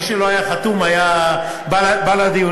מי שלא היה חתום היה בא לדיונים.